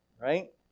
right